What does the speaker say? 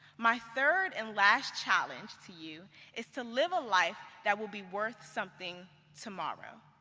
my third and last challenge to you is to live a life that will be worth something tomorrow,